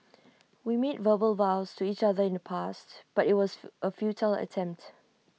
we made verbal vows to each other in the past but IT was A fu A futile attempt